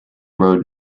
road